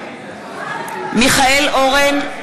נגד מיכאל אורן,